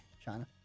China